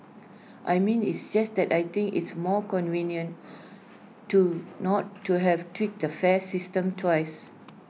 I mean it's just that I think it's more convenient to not to have tweak the fare system twice